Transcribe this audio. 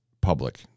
public